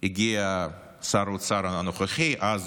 הגיע שר האוצר הנוכחי, אז